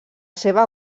seva